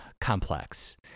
complex